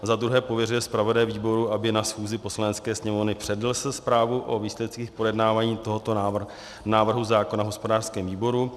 Za druhé pověřuje zpravodaje výboru, aby na schůzi Poslanecké sněmovny přednesl zprávu o výsledcích projednávání tohoto návrhu zákona v hospodářském výboru.